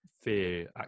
fear